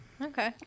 Okay